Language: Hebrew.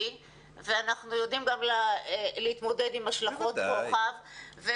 ואנחנו יודעים להתמודד עם השלכות רוחב,